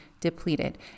depleted